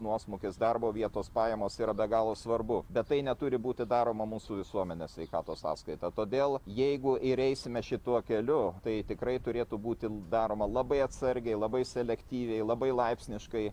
nuosmukis darbo vietos pajamos yra be galo svarbu bet tai neturi būti daroma mūsų visuomenės sveikatos sąskaita todėl jeigu ir eisime šituo keliu tai tikrai turėtų būti daroma labai atsargiai labai selektyviai labai laipsniškai